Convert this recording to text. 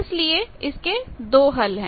इसलिए इसके दो हल हैं